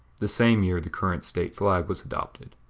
the same year the current state flag was adopted.